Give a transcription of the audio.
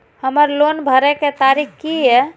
हमर लोन भरय के तारीख की ये?